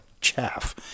chaff